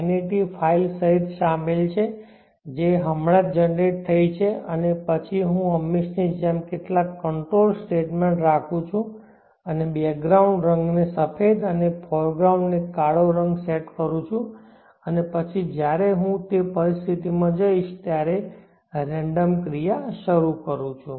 net file સહિત શામેલ છે જે હમણાં જ જનરેટ થઈ છે અને પછી હું હંમેશની જેમ કેટલાક કંટ્રોલ સ્ટેટમેન્ટ્સ રાખું છું અને બેકગ્રાઉન્ડ રંગને સફેદ અને ફોરગ્રાઉન્ડ ને કાળો રંગ સેટ કરું છું અને પછી જયારે હું તે પરિસ્થિતિ માં જઈશ ત્યારે રેન્ડમ ક્રિયા શરૂ કરું છું